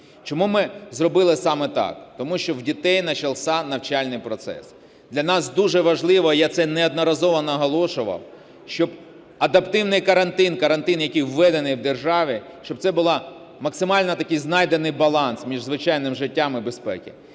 Чому ми зробили саме так? Тому що в дітей почався навчальний процес. Для нас дуже важливо, і я на це неодноразово наголошував, щоб адаптивний карантин, карантин, який введений в державі, щоб це був максимально такий знайдений баланс між звичайним життям і безпекою.